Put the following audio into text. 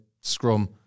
scrum